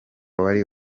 wari